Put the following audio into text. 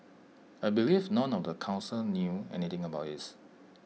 I believe none of the Council knew anything about this